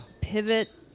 pivot